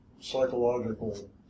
psychological